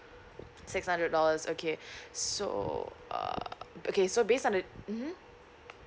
six hundred dollars okay so uh okay so based on the mmhmm